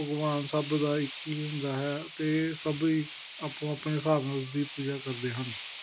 ਭਗਵਾਨ ਸਭ ਦਾ ਇੱਕ ਹੀ ਹੁੰਦਾ ਹੈ ਅਤੇ ਸਭ ਹੀ ਆਪੋ ਆਪਣੇ ਹਿਸਾਬ ਨਾਲ ਉਸਦੀ ਪੂਜਾ ਕਰਦੇ ਹਨ